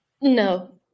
No